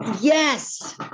Yes